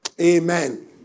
Amen